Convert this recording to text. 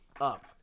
up